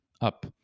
up